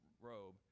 robe